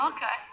Okay